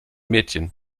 mädchen